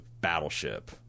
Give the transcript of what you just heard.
battleship